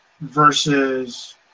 versus